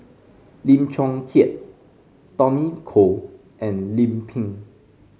Lim Chong Keat Tommy Koh and Lim Pin